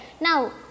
Now